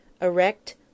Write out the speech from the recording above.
erect